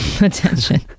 attention